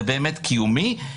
זה באמת קיומי.